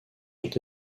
sont